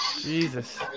Jesus